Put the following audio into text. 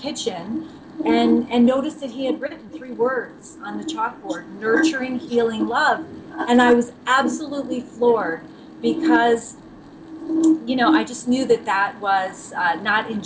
kitchen and noticed that he had written words on the chalkboard nurturing healing love and i was absolutely floored because you know i just knew that that was not in